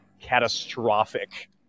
catastrophic